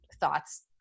thoughts